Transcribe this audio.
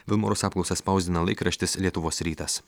vilmorus apklausą spausdina laikraštis lietuvos rytas